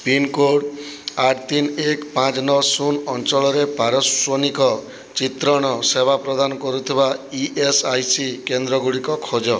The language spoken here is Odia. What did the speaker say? ପିନକୋଡ଼ ଆଠ୍ ତିନ୍ ଏକ୍ ପାଞ୍ଚ୍ ନଅ ଶୁନ୍ ଅଞ୍ଚଳରେ ପାରସ୍ଵନିକ ଚିତ୍ରଣ ସେବା ପ୍ରଦାନ କରୁଥିବା ଇ ଏସ ଆଇ ସି କେନ୍ଦ୍ର ଗୁଡ଼ିକ ଖୋଜ